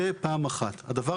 למה